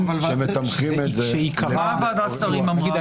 שמתמחרים את זה --- מה ועדת שרים אמרה?